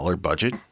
budget